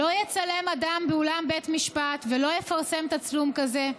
לא יצלם אדם באולם בית משפט ולא יפרסם תצלום כזה.,